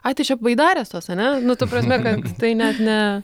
ai tai čia baidarės tos ane nu ta prasme ka tai net ne